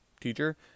teacher